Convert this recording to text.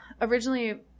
Originally